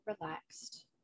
Relaxed